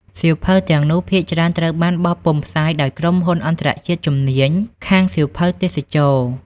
សៀវភៅទាំងនោះ ភាគច្រើនត្រូវបានបោះពុម្ពផ្សាយដោយក្រុមហ៊ុនអន្តរជាតិជំនាញខាងសៀវភៅទេសចរណ៍។